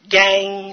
gang